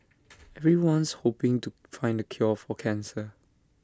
everyone's hoping to find the cure for cancer